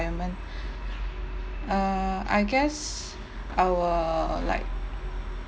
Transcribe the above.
uh I guess our like